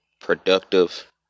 productive